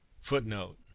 FOOTNOTE